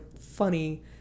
funny